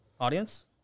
audience